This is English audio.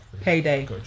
payday